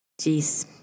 Jeez